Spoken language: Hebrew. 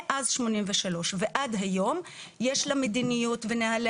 מאז 1983 ועד היום יש לה מדיניות ונהלי